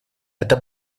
это